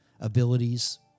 abilities